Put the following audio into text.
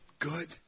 Good